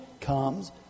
comes